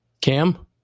Cam